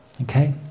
Okay